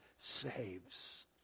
saves